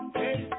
hey